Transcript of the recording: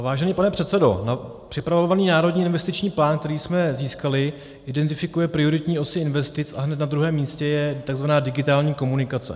Vážený pane předsedo, připravovaný Národní investiční plán, který jsme získali, identifikuje prioritní osy investic a hned na druhém místě je takzvaná digitální komunikace.